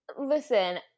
Listen